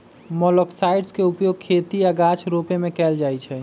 मोलॉक्साइड्स के उपयोग खेती आऽ गाछ रोपे में कएल जाइ छइ